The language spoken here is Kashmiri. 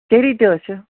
چیری تہِ حظ چھِ